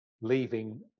leaving